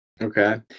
Okay